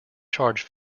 charge